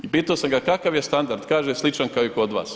I pitao sam ga kakav je standard, kaže sličan kao i kod vas.